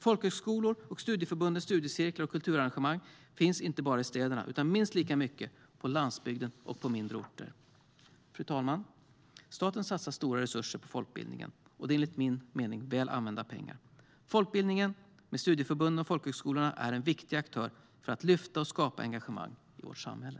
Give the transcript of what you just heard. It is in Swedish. Folkhögskolor och studieförbundens studiecirklar och kulturarrangemang finns inte bara i städerna utan minst lika mycket på landsbygden och på mindre orter. Fru talman! Staten satsar stora resurser på folkbildningen. Det är enligt min mening väl använda pengar. Folkbildningen, med studieförbunden och folkhögskolorna, är en viktig aktör för att lyfta och skapa engagemang i vårt samhälle.